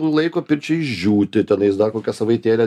laiko pirčiai išdžiūti tada jis dar kokią savaitėlę